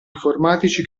informatici